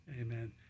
Amen